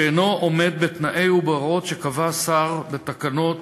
שאינו עומד בתנאים ובהוראות שקבע השר בתקנות